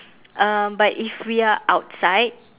um but if we are outside